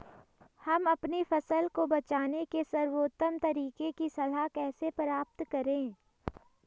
हम अपनी फसल को बचाने के सर्वोत्तम तरीके की सलाह कैसे प्राप्त करें?